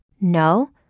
No